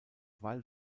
weil